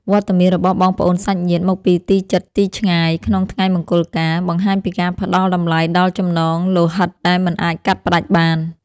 វត្តមានរបស់បងប្អូនសាច់ញាតិមកពីទីជិតទីឆ្ងាយក្នុងថ្ងៃមង្គលការ បង្ហាញពីការផ្តល់តម្លៃដល់ចំណងលោហិតដែលមិនអាចកាត់ផ្តាច់បាន។